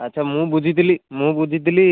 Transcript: ଆଚ୍ଛା ମୁଁ ବୁଝିଥିଲି ମୁଁ ବୁଝିଥିଲି